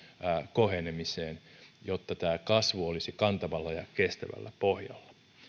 kohenemiseen jotta tämä kasvu olisi kantavalla ja kestävällä pohjalla